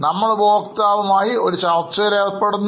നമ്മൾ ഉപഭോക്താവും ആയി ഒരു ചർച്ചയിൽ ഏർപ്പെടുന്നു